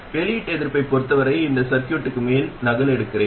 வெளியீட்டு எதிர்ப்பைப் பொறுத்த வரை இந்தச் சர்கியூட்க்கு மேல் நகலெடுக்கிறேன்